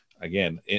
again